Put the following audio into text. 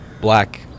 Black